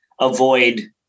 avoid